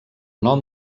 nom